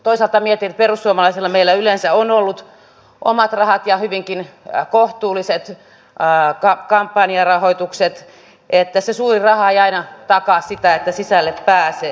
toisaalta mietin että meillä perussuomalaisilla yleensä on ollut omat rahat ja hyvinkin kohtuulliset kampanjarahoitukset niin että se suuri raha ei aina takaa sitä että sisälle pääsee